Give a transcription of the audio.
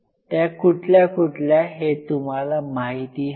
त्या कुठल्या कुठल्या हे तुम्हाला माहिती हवे